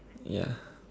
yeah